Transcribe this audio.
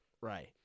Right